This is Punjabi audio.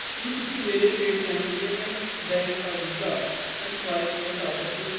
ਕੀ ਤੁਸੀਂਂ ਮੇਰੇ ਪੇਟੀਐੱਮ ਪੇਮੈਂਟਸ ਬੈਂਕ ਦਾ ਵੀਜ਼ਾ ਐੱਮ ਸਵਾਇਪ ਤੋਂ ਹਟਾ ਸਕਦੇ ਹੋ